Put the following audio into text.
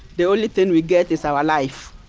the only thing we get is our life.